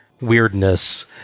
weirdness